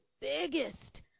biggest